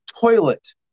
toilet